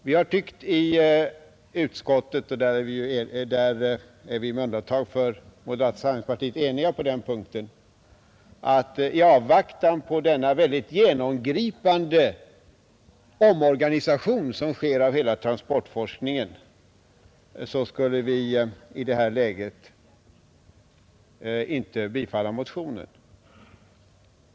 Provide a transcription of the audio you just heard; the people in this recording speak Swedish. Vi har i utskottet, där vi med undantag för moderata samlingspartiet är eniga på den punkten, tyckt att vi i avvaktan på den genomgripande omorganisation som sker av hela transportforskningen inte skulle i dagens läge tillstyrka motionen.